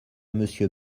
monsieur